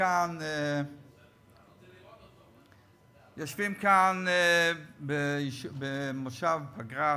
במושב פגרה,